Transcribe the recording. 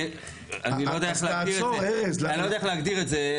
אני לא יודע איך להגדיר את זה,